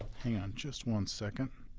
hang on just one second.